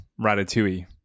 Ratatouille